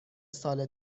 سال